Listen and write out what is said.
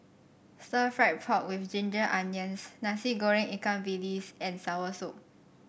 stir fry pork with Ginger Onions Nasi Goreng Ikan Bilis and soursop